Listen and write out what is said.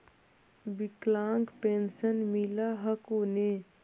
विकलांग पेन्शन मिल हको ने?